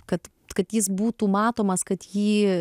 kad kad jis būtų matomas kad jį